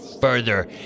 further